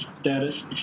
status